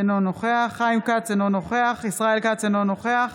אינו נוכח חיים כץ, אינו נוכח ישראל כץ, אינו נוכח